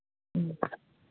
ꯎꯝ